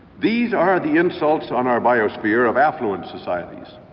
these are the insults on our biosphere of affluent societies.